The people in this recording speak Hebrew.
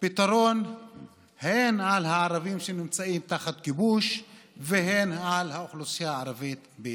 פתרון הן על הערבים שנמצאים תחת כיבוש והן על האוכלוסייה הערבית בישראל.